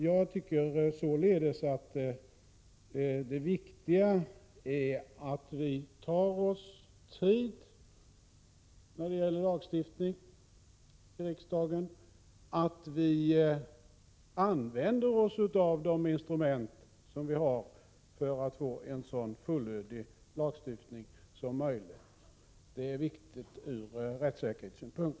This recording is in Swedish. Jag tycker således att det viktiga är att vi tar oss tid när det gäller lagstiftning i riksdagen och att vi använder oss av de instrument vi har för att få en så fullödig lagstiftning som möjligt. Det är viktigt ur rättssäkerhetssynpunkt.